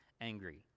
angry